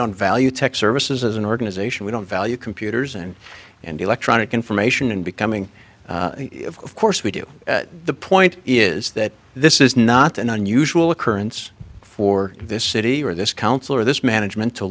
don't value tech services as an organization we don't value computers and and electronic information and becoming of course we do the point is that this is not an unusual occurrence for this city or this council or this management to